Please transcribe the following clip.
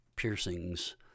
piercings